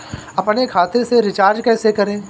अपने खाते से रिचार्ज कैसे करें?